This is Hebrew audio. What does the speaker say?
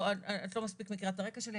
את לא מספיק מכירה את הרקע שלי.